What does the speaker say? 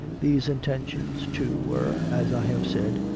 these intentions too were, as i have said,